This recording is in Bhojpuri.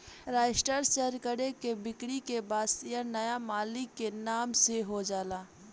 रजिस्टर्ड शेयर के बिक्री के बाद शेयर नाया मालिक के नाम से हो जाला